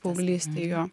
paauglystėj jo